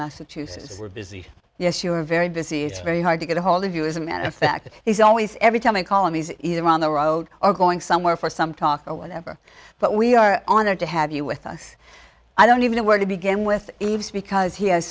massachusetts is we're busy yes you are very busy it's very hard to get a hold of you as a matter of fact he's always every time i call him he's either on the road or going somewhere for some talk or whatever but we are honored to have you with us i don't even know where to begin with eve's because he has